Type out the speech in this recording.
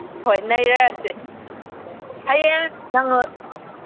ꯍꯣꯏ ꯅꯩꯔꯁꯦ ꯍꯌꯦꯡ ꯅꯪ